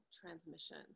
transmission